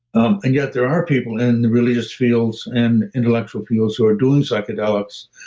um and yet, there are people in the religious fields and intellectual fields who are doing psychedelics,